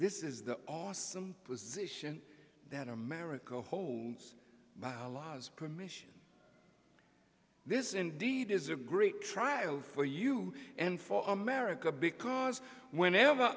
this is the awesome position that america holds but allows permission this indeed is a great trial for you and for america because whenever